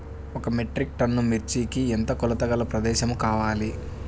ఒక metric ton మిర్చికి ఎంత కొలతగల ప్రదేశము కావాలీ?